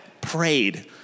prayed